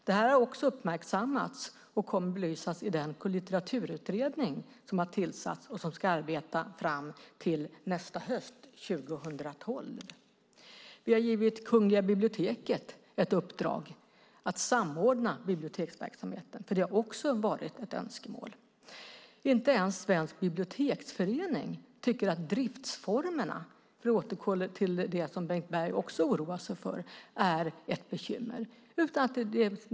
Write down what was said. Det har uppmärksammats och kommer att belysas i den litteraturutredning som har tillsatts och som ska arbeta fram till hösten 2012. Vi har gett Kungliga biblioteket i uppdrag att samordna biblioteksverksamheten. Det har varit ett önskemål. Inte ens Svensk Biblioteksförening tycker att driftsformerna - för att återgå till det som Bengt Berg också oroar sig för - är ett bekymmer.